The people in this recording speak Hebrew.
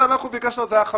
אנחנו ביקשנו 15 שנים.